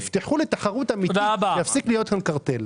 תפתחו לתחרות אמיתית, ויפסיק להיות כאן קרטל.